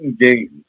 games